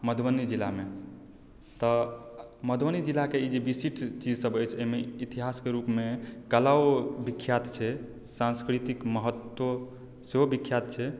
मधुबनी जिलामे तऽ मधुबनी जिलाके जे ई विशिष्ट चीजसभ अछि एहिमे इतिहासके रूपमे कलाओ विख्यात छै सांस्कृतिक महत्त्व सेहो विख्यात छै